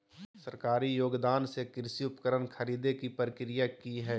सरकारी योगदान से कृषि उपकरण खरीदे के प्रक्रिया की हय?